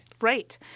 Right